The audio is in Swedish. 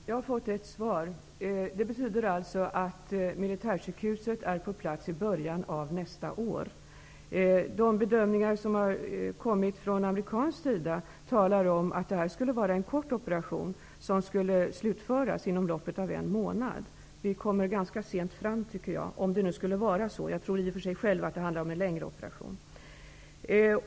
Herr talman! Svaret betyder alltså att militärsjukhuset är på plats i början av nästa år. De bedömningar som amerikanerna har gjort talar för att detta rör sig om en kort operation, som skulle slutföras inom loppet av en månad. Vi kommer fram ganska sent, tycker jag, om det nu skulle röra sig om en kort operation. Själv tror jag att det i och för sig handlar om en längre operation.